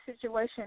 situation